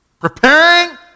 Preparing